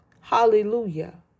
Hallelujah